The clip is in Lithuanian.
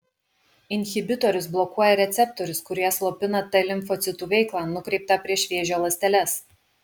inhibitorius blokuoja receptorius kurie slopina t limfocitų veiklą nukreiptą prieš vėžio ląsteles